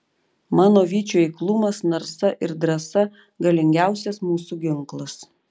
mano vyčių eiklumas narsa ir drąsa galingiausias mūsų ginklas